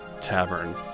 tavern